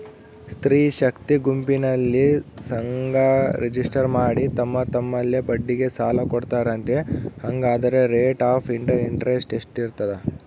ಸ್ತ್ರೇ ಶಕ್ತಿ ಗುಂಪಿನಲ್ಲಿ ಸಂಘ ರಿಜಿಸ್ಟರ್ ಮಾಡಿ ತಮ್ಮ ತಮ್ಮಲ್ಲೇ ಬಡ್ಡಿಗೆ ಸಾಲ ಕೊಡ್ತಾರಂತೆ, ಹಂಗಾದರೆ ರೇಟ್ ಆಫ್ ಇಂಟರೆಸ್ಟ್ ಎಷ್ಟಿರ್ತದ?